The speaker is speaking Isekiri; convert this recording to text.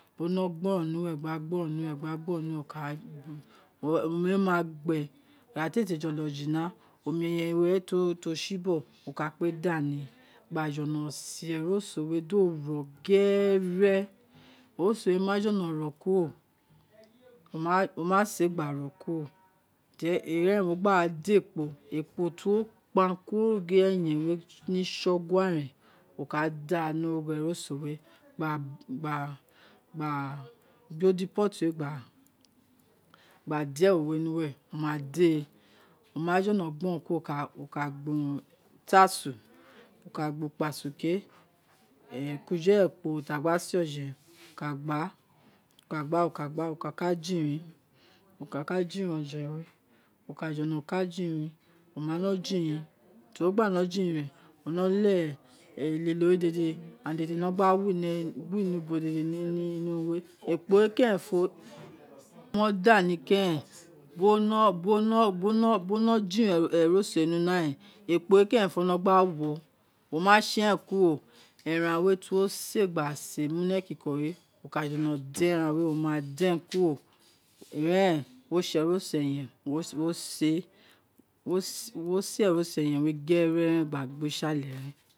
Ono gboron niluoe̱ igba gboron ni uwe owa jina omi iee na gbe ira ti eê te jolo jina omi eyen we ti si bogho wa kpe dani gba jolo se eroso we do rọ gere eroso we ma jolo ro kuro wo ma se gba ro kuro teri ira eren wo gba da ekpo ekpo ti wo kpan kuri ori gho eyen we ni sogua ren wo ka da ni origho eroso we ̄ gba gba gbe ude pot we gba de ewo ni uwe wo made oma jolo gbo ron woka gba urun utasun ke kujere kporo ti agba sē oje wo kagba woka gba wo kaka jirin wo kaka jirin oje we woka jo̱lọ ka jirin, ti wo gba nọ jirin, o nọ leghe, elilo we dede, aghan dede no gba lono ino urun we, ekpo roō keren ti wo da ni keren bi wo no bi wo no bi wo no bi wo no jirin eroso we ni una ren ekpo we kẹrẹn fo, wo wa see eren we kuro, eran we tiwo sē gbase muni ekiko, wo ka jolọ den eran we luo ma den kuro ira eren ovoun rē sē eroso eyen wo sē eroso eyen we ge̱re̱rẹn gba gbe si ale̱ ren